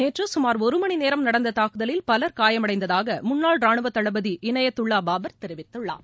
நேற்றுகமார் ஒருமணிநேரம் நடந்ததாக்குதலில் பலர் காயமடைந்ததாகமுன்னாள் ரானுவதளபதி இனயத்துல்லாபாபர் தெரிவித்தார்